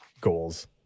goals